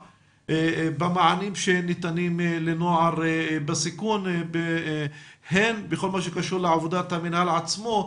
במענים שניתנים לנוער בסיכון הן בכל מה שקשור לעבודת המינהל עצמו,